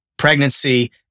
pregnancy